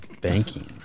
Banking